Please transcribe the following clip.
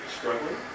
struggling